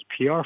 PR